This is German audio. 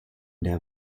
der